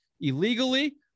Illegally